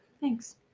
Thanks